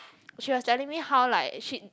she was telling me how like she